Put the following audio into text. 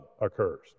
occurs